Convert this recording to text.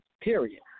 period